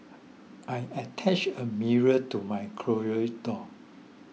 I attached a mirror to my closet door